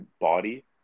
body